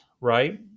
right